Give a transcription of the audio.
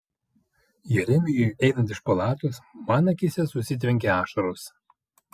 jeremijui einant iš palatos man akyse susitvenkė ašaros